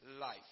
life